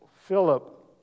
Philip